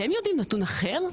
אתם יודעים נתון אחר?